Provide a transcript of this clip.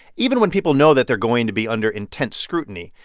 even when people know that they're going to be under intense scrutiny,